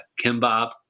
kimbap